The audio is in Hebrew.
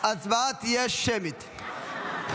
ההצבעה תהיה אלקטרונית.